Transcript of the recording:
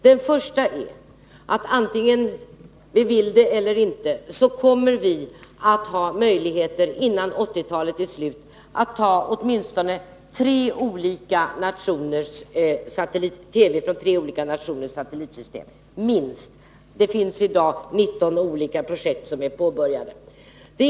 Det första är att vi här i Norden, antingen vi vill det eller inte, före 1980-talets slut kommer att ha möjlighet att ta in TV-sändningar från åtminstone tre olika nationers satellitsystem. I dag är 19 olika projekt påbörjade.